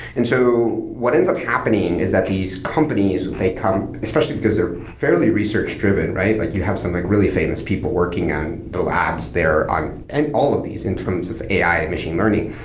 and so what ends up happening is that these companies, they come especially because they're fairly research-driven, right? like you have something like really famous people working on the labs they're on and all of these in terms of ai and machine learning.